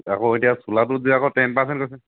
আকৌ এতিয়া চোলাটোত যে আকৌ টেন পাৰচেণ্ট কৈছে